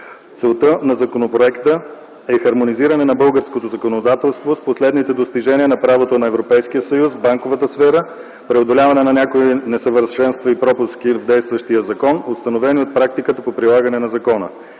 Целта на законопроекта е хармонизиране на българското законодателство с последните достижения на правото на Европейския съюз в банковата сфера, преодоляване на някои несъвършенства и пропуски в действащия закон, установени от практиката по прилагането на закона.